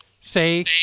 say